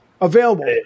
available